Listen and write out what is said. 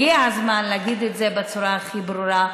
הגיע הזמן להגיד את זה בצורה הכי ברורה,